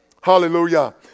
Hallelujah